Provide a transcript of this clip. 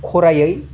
खरायै